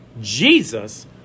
Jesus